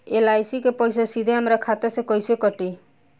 LIC के पईसा सीधे हमरा खाता से कइसे कटी?